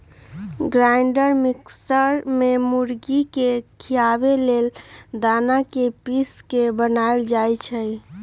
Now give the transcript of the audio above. grinder mixer में मुर्गी के खियाबे लेल दना के पिस के बनाएल जाइ छइ